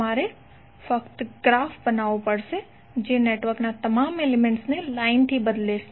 તમારે ખાલી ગ્રાફ બનાવવો પડશે જે નેટવર્કના તમામ એલિમેન્ટ્સને લાઇન થી બદલશે